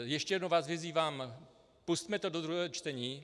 Ještě jednou vás vyzývám, pusťme to do druhého čtení.